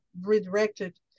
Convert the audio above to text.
redirected